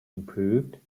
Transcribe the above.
improved